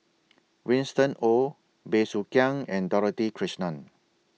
Winston Oh Bey Soo Khiang and Dorothy Krishnan